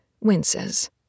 winces